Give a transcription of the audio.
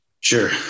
Sure